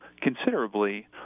considerably